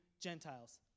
Gentiles